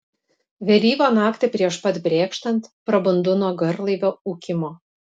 vėlyvą naktį prieš pat brėkštant prabundu nuo garlaivio ūkimo